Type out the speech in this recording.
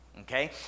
Okay